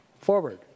forward